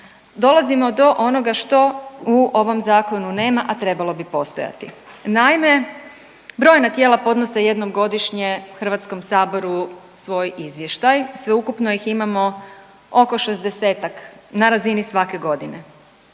dolazimo do onoga što u ovom Zakonu nema, a trebalo bi postojati. Naime, brojna tijela podnose jednom godišnje HS-u svoj izvještaj, sveukupno ih imamo oko 60-ak na razini svake godine